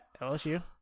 LSU